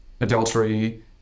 adultery